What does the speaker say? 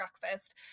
breakfast